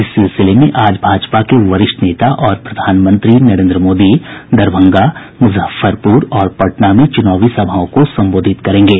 इस सिलसिले में आज भाजपा के वरिष्ठ नेता और प्रधानमंत्री नरेन्द्र मोदी दरभंगा मुजफ्फरपुर और पटना में चुनावी सभाओं को संबोधित करेंगे